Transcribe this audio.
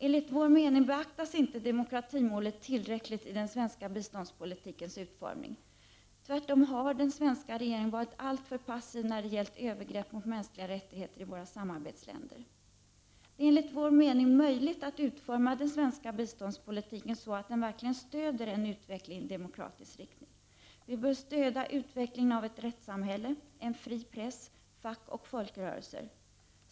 Enligt vår mening beaktas inte demokratimålet tillräckligt i den svenska biståndspolitikens utformning. Tvärtom har den svenska regeringen varit alltför passiv när det gällt övergrepp mot mänskliga rättigheter i våra samarbetsländer. 1 Det är enligt vår mening möjligt att utforma den svenska biståndspolitiken så att den verkligen stöder en utveckling i demokratisk riktning. Vi bör stödja utvecklingen av ett rättssamhälle, en fri press, fack och folkrörelser.